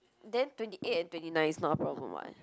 then twenty eight and twenty nine is not a problem [what]